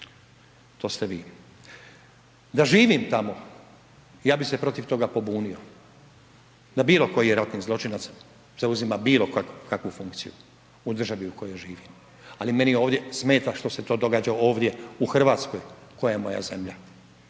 to ste vi. Da živim tamo, ja bih se protiv toga pobunio da bilo koji ratni zločinac zauzima bilo kakvu funkciji u državi u kojoj živim. Ali meni ovdje smeta što se to događa ovdje u Hrvatskoj koja je moja zemlja,